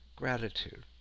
gratitude